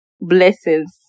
blessings